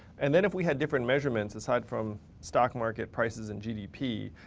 and then if we had different measurements, aside from stock market prices and gdp,